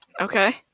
Okay